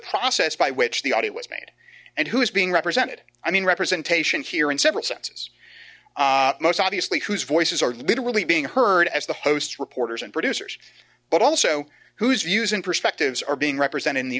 process by which the audio was made and who is being represented i mean representation here in several senses most obviously whose voices are literally being heard as the hosts reporters and producers but also whose views and perspectives are being represented in the